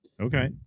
Okay